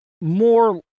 more